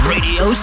Radio